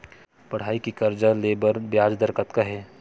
पढ़ई के कर्जा ले बर ब्याज दर कतका हे?